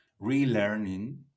relearning